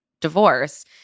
divorce